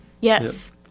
Yes